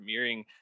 premiering